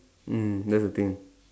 mm that's the thing